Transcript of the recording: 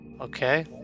Okay